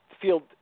Field